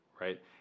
right